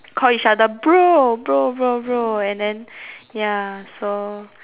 call each other bro bro bro bro and then ya so